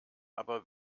aber